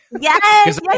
Yes